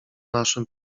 naszym